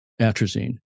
atrazine